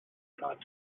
card